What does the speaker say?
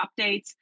updates